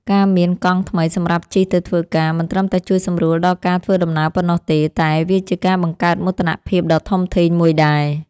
ការមានកង់ថ្មីសម្រាប់ជិះទៅធ្វើការមិនត្រឹមតែជួយសម្រួលដល់ការធ្វើដំណើរប៉ុណ្ណោះទេតែវាជាការបង្កើតមោទនភាពដ៏ធំធេងមួយដែរ។